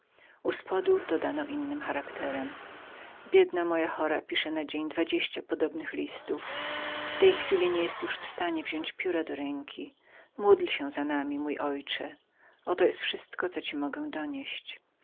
u spodu dodano innnyminnym charakterem biedna moja chora pisze na dzień dwadzieścia podobnych listów w tej chwili nie jest już w stanie wziąść pióra do ręki módl się za nami szanowny ojcze oto jest wszystko co ci mogę donieść